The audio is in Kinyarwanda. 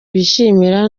bishimira